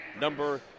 number